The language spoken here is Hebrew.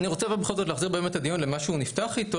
לכן מה שהוא אומר,